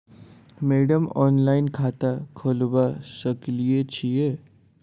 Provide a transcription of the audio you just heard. Madam online खाता खोलबा सकलिये छीयै?